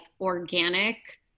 organic